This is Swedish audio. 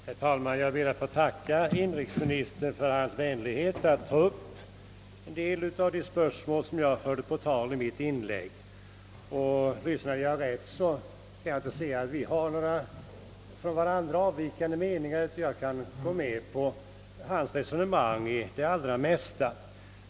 Herr talman! Jag ber att få tacka inrikesministern för hans vänlighet att ta upp en del av de spörsmål jag förde på tal i mitt inlägg. Om jag lyssnade rätt avviker våra meningar inte så mycket från varandra, utan jag kan gå med på hans resonemang i det allra mesta.